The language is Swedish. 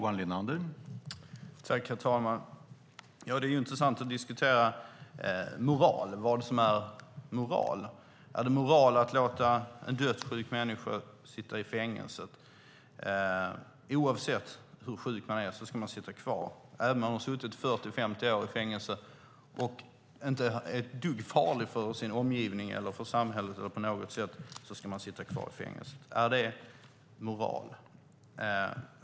Herr talman! Det är intressant att diskutera vad som är moral. Är det moral att låta en dödssjuk människa sitta i fängelse? Oavsett hur sjuk man är ska man sitta kvar. Även om man har suttit 40-50 år i fängelse och inte är ett dugg farlig för sin omgivning eller för samhället på något sätt ska man sitta kvar i fängelse. Är det moral?